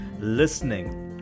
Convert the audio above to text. listening